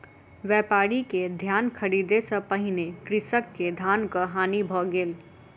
व्यापारी के धान ख़रीदै सॅ पहिने कृषक के धानक हानि भ गेल